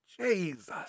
Jesus